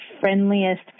friendliest